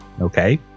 Okay